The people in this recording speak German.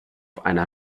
einer